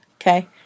Okay